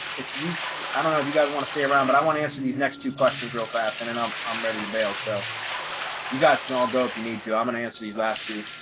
if you i don't know if you guys want to stay around, but i want to answer these next two questions real fast and and i'm um ready to bail. so you guys can all go if you need to. i'm gonna and answer these last two.